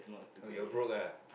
oh you're broke ah